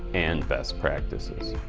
and best practices.